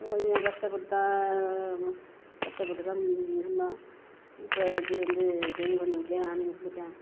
கொஞ்சம் கஷ்டப்பட்டா கஷ்டப்பட்டு தான் இருந்தோம் இப்போ இங்கே வந்து பெரிய பொண்ணு வீட்லேயே நானும் இருந்துவிட்டேன்